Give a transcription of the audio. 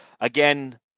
again